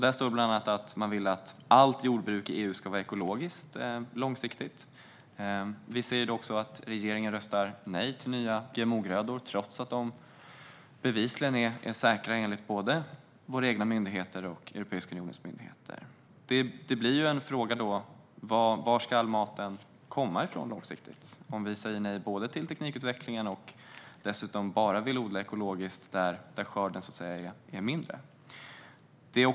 Där står det bland annat att man långsiktigt vill att allt jordbruk i EU ska vara ekologiskt. Vi ser också att regeringen röstar nej till nya GMO-grödor trots att de bevisligen är säkra, enligt både våra egna och Europeiska unionens myndigheter. Frågan blir varifrån maten långsiktigt ska komma om vi säger nej till teknikutvecklingen och dessutom bara vill odla ekologiskt, vilket ger mindre skördar.